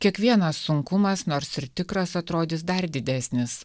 kiekvienas sunkumas nors ir tikras atrodys dar didesnis